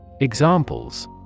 Examples